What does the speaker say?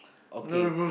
okay